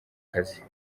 kazi